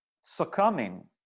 succumbing